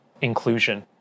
inclusion